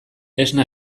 esna